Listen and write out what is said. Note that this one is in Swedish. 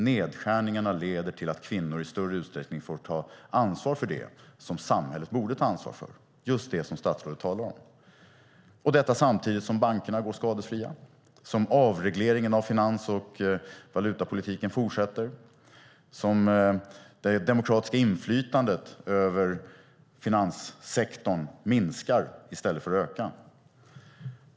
Nedskärningarna leder till att kvinnor i större utsträckning får ta ansvar för det som samhället borde ta ansvar för, just det som statsrådet talar om - detta samtidigt som bankerna går skadefria, samtidigt som avregleringen av finans och valutapolitiken fortsätter och det demokratiska inflytandet över finanssektorn minskar i stället för att öka.